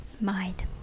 mind